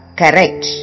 correct